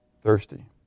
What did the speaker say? thirsty